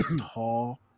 tall